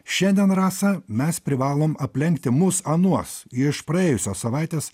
šiandien rasa mes privalom aplenkti mus anuos iš praėjusios savaitės